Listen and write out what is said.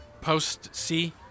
Post-C